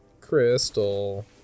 Crystal